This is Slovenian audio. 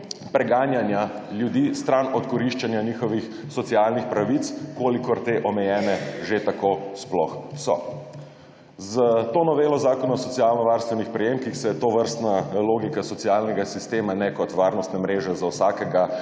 preganjanja ljudi stran od koriščenja njihovih socialnih pravic, kolikor te omejene že tako sploh so. S to novelo zakona o socialnovarstvenih prejemkih se tovrstna logika socialnega sistema ne kot varnostne mreže za vsakega,